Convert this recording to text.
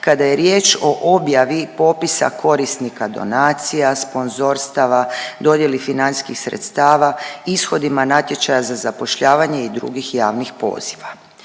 kada je riječ o objavi popisa korisnika donacija, sponzorstava, dodjeli financijskih sredstava, ishodima natječaja za zapošljavanje i drugih javnih poziva.